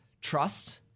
trust